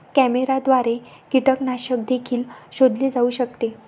कॅमेऱ्याद्वारे कीटकनाशक देखील शोधले जाऊ शकते